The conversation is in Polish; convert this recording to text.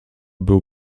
był